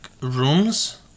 rooms